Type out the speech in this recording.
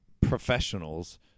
professionals